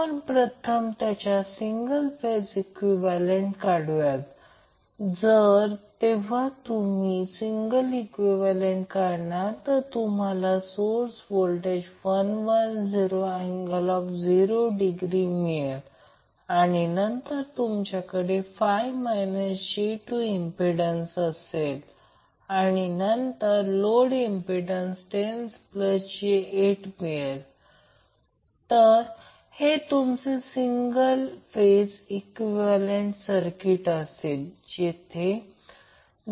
आपण प्रथम त्याचा सिंगल फेज इक्विवलेंट काढूया तर जेव्हा तुम्ही सिंगल इक्विवेलेंट काढणार तर तुम्हाला व्होल्टेज सोर्स 110∠0° मिळेल आणि नंतर तुमच्याकडे 5 j2 इंम्प्पिडन्स असेल आणि नंतर लोड इंम्प्पिडन्स 10j8 मिळेल तर हे तुमचे सिंगल फेज इक्विवलेंट सर्किट असेल